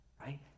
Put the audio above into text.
right